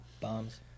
Bombs